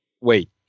Wait